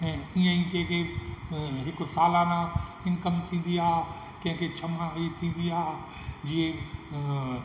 ऐं इअं ई जेके हिकु सालियाना इंकम थींदी आहे कंहिं खे छह माही थींदी आहे इहे